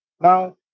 Now